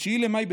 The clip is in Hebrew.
9 במאי,